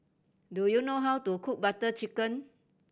do you know how to cook Butter Chicken